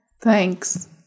thanks